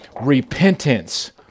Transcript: repentance